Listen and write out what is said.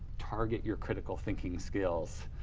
target your critical thinking skills,